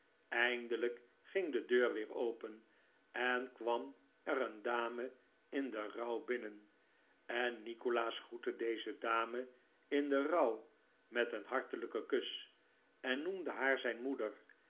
eindelijk ging de deur weer open en kwam er een dame in den rouw binnen en nikolaas groette deze dame in den rouw met een hartelijken kus en noemde haar zijn moeder